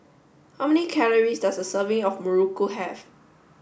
how many calories does a serving of Muruku have